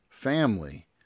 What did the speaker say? family